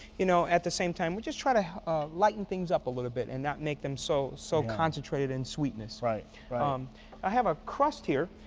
you know at the same time, we just try to lighten things up a little bit and not make them so so concentrated in sweetness. um i have a crust here,